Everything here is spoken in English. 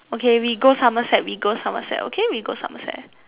okay we go Somerset we go Somerset okay we go Somerset